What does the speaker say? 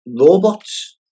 robots